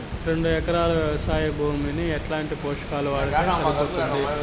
రెండు ఎకరాలు వ్వవసాయ భూమికి ఎట్లాంటి పోషకాలు వాడితే సరిపోతుంది?